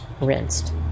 rinsed